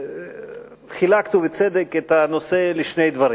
חילקת ובצדק את הנושא לשני דברים: